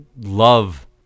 love